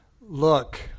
look